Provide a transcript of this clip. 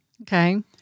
Okay